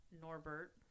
Norbert